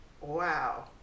wow